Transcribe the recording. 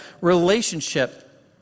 relationship